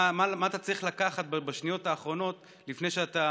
מה אתה צריך לקחת בשניות האחרונות לפני שאתה